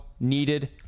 Needed